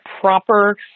proper